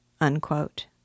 unquote